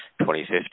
2015